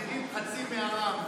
מדירים חצי מהעם,